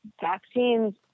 vaccines